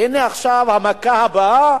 הנה עכשיו המכה הבאה